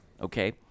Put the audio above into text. okay